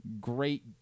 great